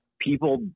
people